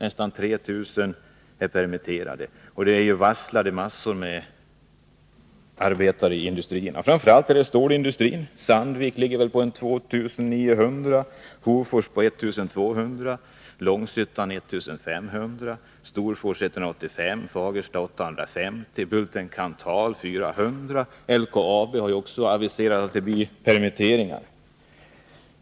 Nästan 3000 var permitterade, och massor med arbetare i industrierna, framför allt inom stålindustrin, är varslade. Inom Sandvik ligger antalet varsel på ca 2900. I Hofors är 1200 varslade, i Långshyttan 1 500, i Storfors 185, i Fagersta 850 och vid Bulten-Kanthal 400. LKAB har också aviserat permitteringar.